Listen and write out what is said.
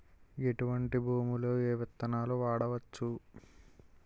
ఎటువంటి భూమిలో ఏ విత్తనాలు వాడవచ్చు?